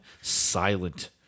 silent